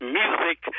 music